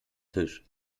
tisch